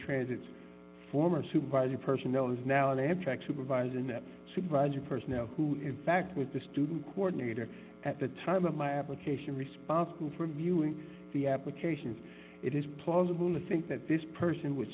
transit former supervisor personnel is now an amtrak supervisor in that supervisor personnel who in fact with the student coordinator at the time of my application responsible for mewing the applications it is plausible to think that this person would